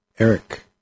Eric